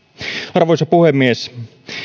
arvoisa puhemies